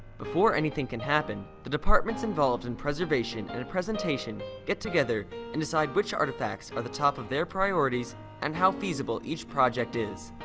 before anything can happen, the departments involved in preservation and presentation get together and decide which artifacts are the top of their priorities and how feasible each project is.